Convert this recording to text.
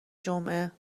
جمعه